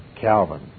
Calvin